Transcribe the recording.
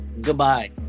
Goodbye